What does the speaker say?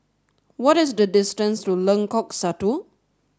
what is the distance to Lengkok Satu